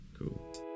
cool